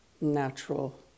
natural